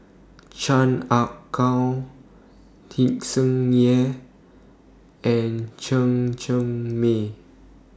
Chan Ah Kow Tsung Yeh and Chen Cheng Mei